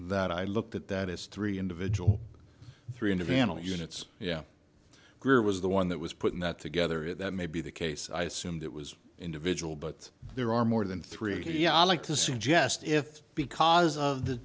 that i looked at that as three individual three and a vandal units yeah group was the one that was putting that together that may be the case i assumed it was individual but there are more than three yeah i'd like to suggest if because of the